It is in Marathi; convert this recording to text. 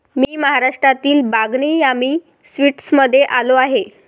मी महाराष्ट्रातील बागनी यामी स्वीट्समध्ये आलो आहे